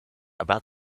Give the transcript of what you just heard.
about